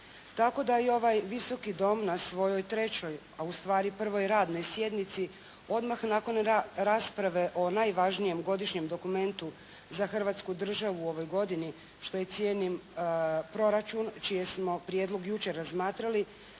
Tako da je ovaj Visoki dom na svojoj trećoj a ustvari prvoj radnoj sjednici odmah nakon rasprave o najvažnijem godišnjem dokumentu za Hrvatsku Državu u ovoj godini što i cijenim, proračun, čiji smo prijedlog jučer razmatrali